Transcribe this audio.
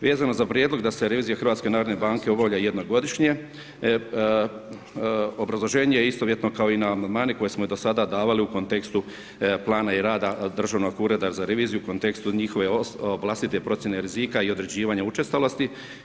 Vezano za prijedlog da se revizija HNB obavlja jednom godišnje, obrazloženje je istovjetno kao i na amandmane, koje smo i do sada davali u kontaktu plana i rada Državnog ureda za reviziju u kontekstu njihove vlastite procjene rizika i određivanje učestalosti.